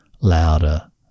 louder